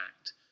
act